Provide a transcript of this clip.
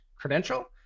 credential